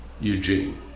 Eugene